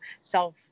self